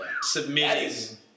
submitting